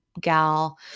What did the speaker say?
gal